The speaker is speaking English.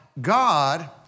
God